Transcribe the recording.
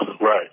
Right